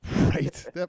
Right